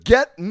Get